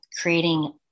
creating